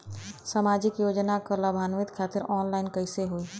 सामाजिक योजना क लाभान्वित खातिर ऑनलाइन कईसे होई?